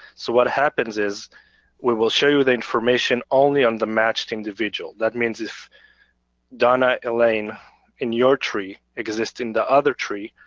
so what happens is we will share with you the information only on the matched individual. that means if donna elaine in your tree exists in the other tree,